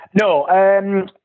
No